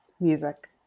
Music